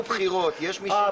כסיף.